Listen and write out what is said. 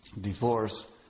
divorce